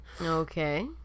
Okay